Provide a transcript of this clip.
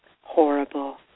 horrible